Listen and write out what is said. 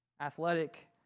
Athletic